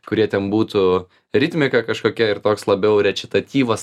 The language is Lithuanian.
kurie ten būtų ritmika kažkokia ir toks labiau rečitatyvas